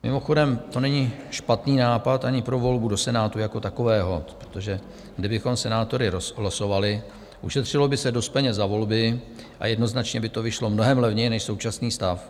Mimochodem to není špatný nápad ani pro volbu do Senátu jako takového, protože kdybychom senátory losovali, ušetřilo by se dost peněz za volby a jednoznačně by to vyšlo mnohem levněji než současný stav.